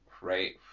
right